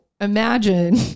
imagine